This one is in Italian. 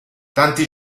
tanti